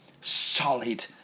solid